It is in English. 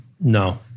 No